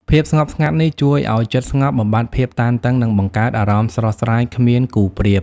ភាពស្ងប់ស្ងាត់នេះជួយឲ្យចិត្តស្ងប់ បំបាត់ភាពតានតឹង និងបង្កើតអារម្មណ៍ស្រស់ស្រាយគ្មានគូប្រៀប។